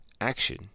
action